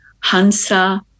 Hansa